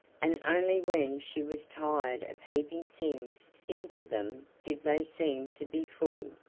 and only when she was tired of heaping things into them did they seem to be full.